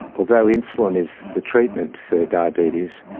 although insulin is the treatment for diabetes,